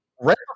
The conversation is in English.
Right